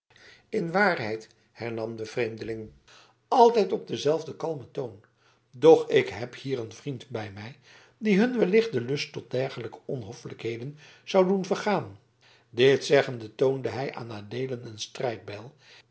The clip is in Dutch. in waarheid hernam de vreemdeling altijd op denzelfden kalmen toon doch ik heb hier een vriend bij mij die hun wellicht den lust tot dergelijke onhoffelijkheden zou doen vergaan dit zeggende toonde hij aan adeelen een strijdbijl